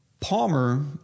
Palmer